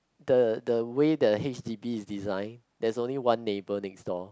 the the way the h_d_b is design there's only one neighbour next door